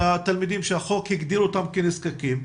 תלמידים שהחוק הגדיר אותם כנזקקים,